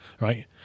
right